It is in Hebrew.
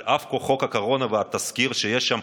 על אף חוק הקורונה והתזכיר שיש שם,